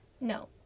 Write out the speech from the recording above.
no